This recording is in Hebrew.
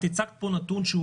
הצגת פה נתון,